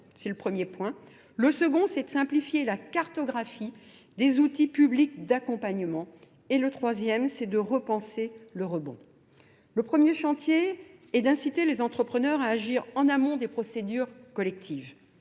c'est le premier point. Le second, c'est de simplifier la cartographie des outils publics d'accompagnement et le troisième, c'est de repenser le rebond. Le premier chantier est d'inciter les entrepreneurs à agir en amont des procédures collectives.